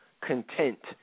content